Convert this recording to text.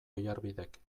oiarbidek